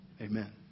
Amen